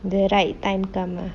the right time come ah